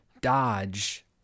dodge